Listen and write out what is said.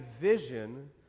vision